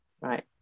right